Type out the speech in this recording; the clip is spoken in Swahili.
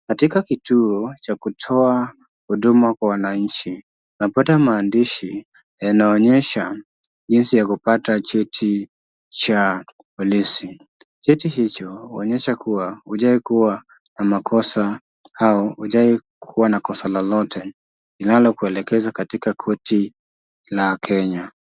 Katika kituo cha kutoa huduma kwa wanachi unapata maandishi yanayoonyesha jinsi ya kupata cheti cha polisi. Cheti hicho huonyesha kuwa hujawai kuwa na makosa au hujawai kuwa na kosa lolote inalokuelekeza katika korti la Kenya.